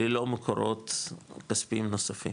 ללא מקורות כספיים נוספים